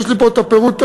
יש לי פה את כל הפירוט,